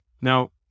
Now